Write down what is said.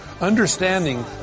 understanding